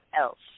else